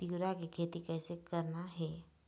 तिऊरा के खेती कइसे करना हे?